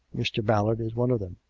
mr. ballard is one of them.